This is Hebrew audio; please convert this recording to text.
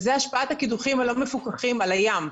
וזאת השפעת הקידוחים הלא מפוקחים על הים,